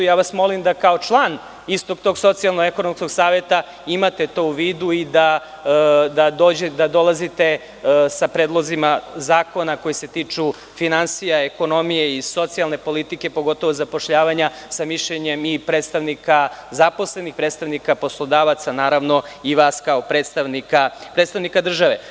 Molim vas da kao član istog tog Socijalno ekonomskog saveta imate to u vidu i da dolazite sa predlozima zakona koji se tiču finansija, ekonomije i socijalne politike, pogotovo zapošljavanja, sa mišljenjem i predstavnika zaposlenih, predstavnika poslodavaca, naravno, kao i vas kao predstavnika države.